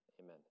Amen